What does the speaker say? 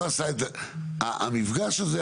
המפגש הזה,